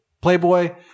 playboy